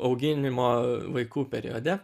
auginimo vaikų periode